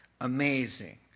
amazing